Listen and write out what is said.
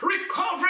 Recovery